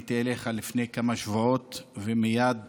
פניתי אליך לפני כמה שבועות ומייד